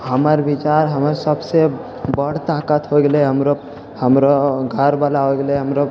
हमर विचार हम सबसँ बड़ ताकत होइ गेलै हमरो हमरो घरवला हो गेलै हमरो